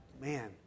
man